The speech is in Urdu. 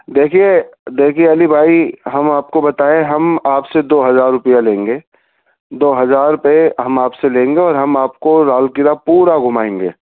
دیکھیے دیکھیے علی بھائی ہم آپ کو بتائیں ہم آپ سے دو ہزار روپیہ لیں گے دو ہزار روپے ہم آپ سے لیں گے اور ہم آپ کو لال قلعہ پورا گھومائیں گے